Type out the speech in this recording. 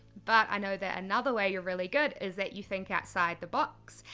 but i know that another way you're really good is that you think outside the box,